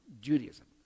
Judaism